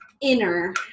inner